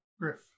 Griff